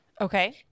Okay